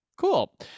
cool